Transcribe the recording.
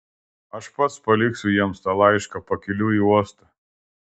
aš pats paliksiu jiems tą laišką pakeliui į uostą